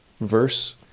verse